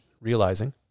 realizing